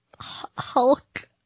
Hulk